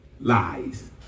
lies